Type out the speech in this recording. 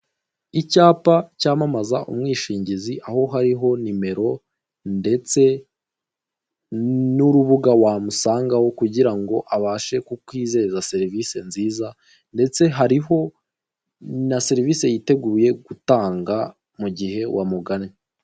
Icyapa cyamamaza umwishingizi aho hariho nimero ndetse nurubuga wamusangaho kugirango abashe kukwizeza serivise nziza ndetse hariho na serivise yiteguye gutanga mugihe wamugannye.